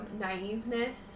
naiveness